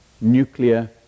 nuclear